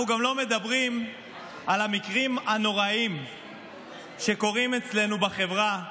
אנחנו גם לא מדברים על המקרים הנוראיים שקורים אצלנו בחברה לנשים.